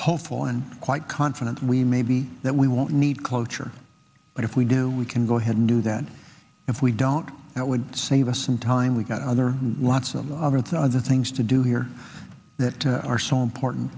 hopeful and quite confident we may be that we won't need cloture but if we do we can go ahead and do that if we don't that would save us some time we've got other lots of other the other things to do here that are so important